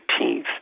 18th